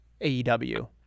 AEW